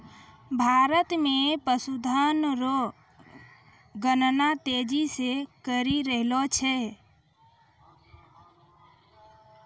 भारत मे पशुधन रो गणना तेजी से करी रहलो जाय छै